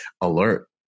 alert